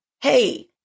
hey